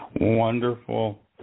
Wonderful